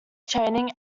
training